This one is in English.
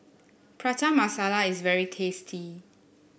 Prata Masala is very tasty